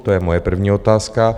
To je moje první otázka.